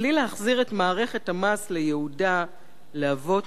בלי להחזיר את מערכת המס לייעודה האמיתי: